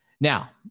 now